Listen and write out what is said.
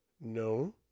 No